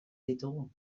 ditugu